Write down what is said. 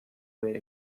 wear